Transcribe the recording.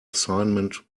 assignment